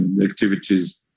activities